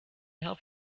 help